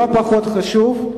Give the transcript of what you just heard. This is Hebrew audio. לא פחות חשוב,